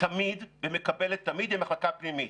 תמיד ומקבלת תמיד היא המחלקה הפנימית.